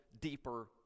deeper